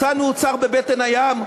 מצאנו אוצר בבטן הים,